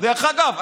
דרך אגב,